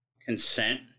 consent